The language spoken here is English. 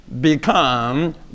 become